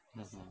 mmhmm